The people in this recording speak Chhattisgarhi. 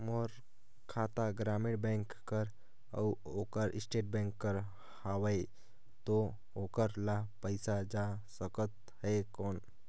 मोर खाता ग्रामीण बैंक कर अउ ओकर स्टेट बैंक कर हावेय तो ओकर ला पइसा जा सकत हे कौन?